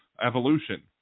evolution